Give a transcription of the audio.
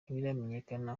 ntibiramenyekana